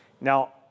Now